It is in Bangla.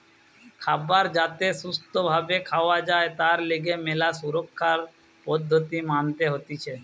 খাবার যাতে সুস্থ ভাবে খাওয়া যায় তার লিগে ম্যালা সুরক্ষার পদ্ধতি মানতে হতিছে